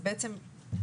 אז מה שקורה,